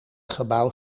gebouw